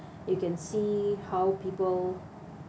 you can see how people